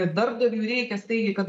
darbdaviui reikia staigiai kad